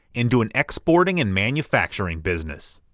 into an exporting and manufacturing business.